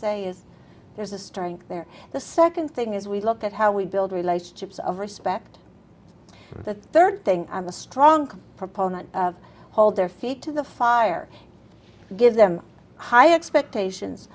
say is there's a strength there the second thing is we look at how we build relationships of respect the third thing i'm a strong proponent of hold their feet to the fire give them high expectations